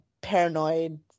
paranoid